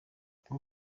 bwo